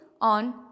on